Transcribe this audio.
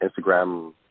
Instagram